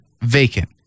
vacant